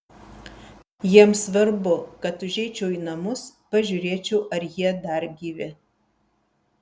jiems svarbu kad užeičiau į namus pažiūrėčiau ar jie dar gyvi